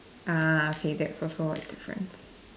ah okay that's also a difference